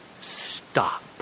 Stop